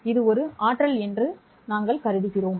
இது ஒரு ஆற்றல் என்று நாங்கள் கருதினோம்